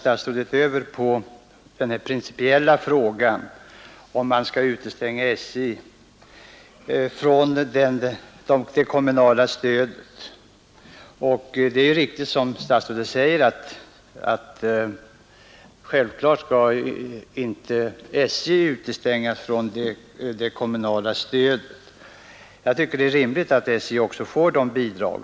Statsrådet tar därvid upp den principiella frågan om SJ skall utestängas från det kommunala stödet. Det är riktigt som statsrådet säger att SJ självfallet inte skall utestängas från det kommunala stödet. Jag tycker att det är rimligt att också SJ får sådana bidrag.